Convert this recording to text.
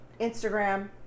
instagram